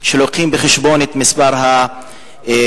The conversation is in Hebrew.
שמביאים בחשבון את מספר התושבים,